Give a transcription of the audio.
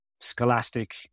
scholastic